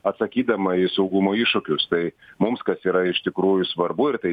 atsakydama į saugumo iššūkius tai mums kas yra iš tikrųjų svarbu ir tai